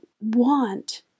want